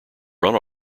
run